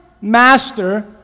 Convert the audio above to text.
master